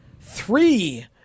three